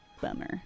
Bummer